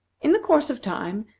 in the course of time,